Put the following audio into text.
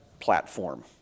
platform